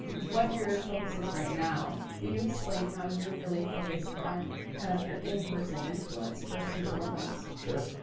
what your focus is right now, will you explain how you're really focused on kind of your in-person influence first and foremost? sure,